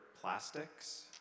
plastics